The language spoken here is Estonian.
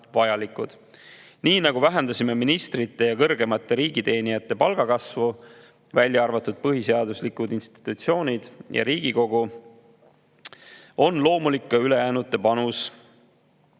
vähendada. Nii nagu vähendasime ministrite ja kõrgemate riigiteenijate palga kasvu, välja arvatud põhiseaduslikes institutsioonides ja Riigikogus, on loomulik ka ülejäänute panus.